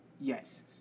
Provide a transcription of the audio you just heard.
Yes